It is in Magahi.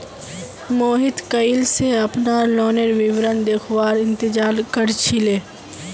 मोहित कइल स अपनार लोनेर विवरण देखवार इंतजार कर छिले